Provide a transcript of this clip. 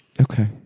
Okay